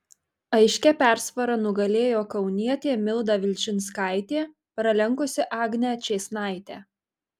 aiškia persvara nugalėjo kaunietė milda vilčinskaitė pralenkusi agnę čėsnaitę